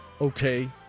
okay